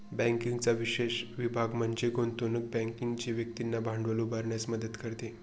बँकिंगचा विशेष विभाग म्हणजे गुंतवणूक बँकिंग जी व्यक्तींना भांडवल उभारण्यास मदत करते